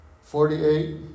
Forty-eight